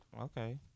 okay